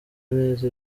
neza